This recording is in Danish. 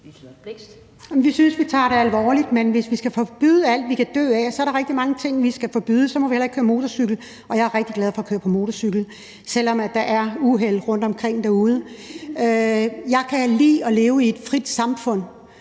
Vi synes, at vi tager det alvorligt, men hvis vi skal forbyde alt, vi kan dø af, er der rigtig mange ting, vi skal forbyde. Så må vi heller ikke køre motorcykel, og jeg er rigtig glad for at køre på motorcykel, selv om der er uheld rundtomkring derude. Jeg kan lide at leve i et frit samfund,